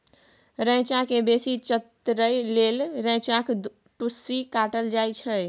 रैंचा केँ बेसी चतरै लेल रैंचाक टुस्सी काटल जाइ छै